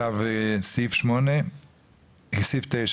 סעיף 9,